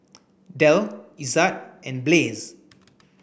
Del Ezzard and Blaze